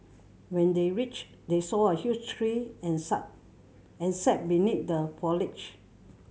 when they reached they saw a huge tree and and sat beneath the foliage